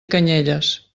canyelles